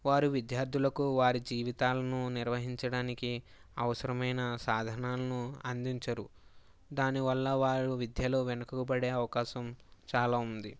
వారు విద్యార్థులకు వారి జీవితాలను నిర్వహించడానికి అవసరమైన సాధనాలను అందించరు దానివల్ల వారు విద్యలో వెనుకబడే అవకాశం చాలా ఉంది